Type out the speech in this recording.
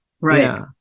right